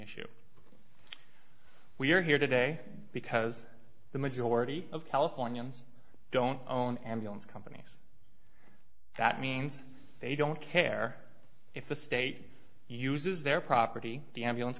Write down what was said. issue we are here today because the majority of californians don't own ambulance companies that means they don't care if the state uses their property the ambulance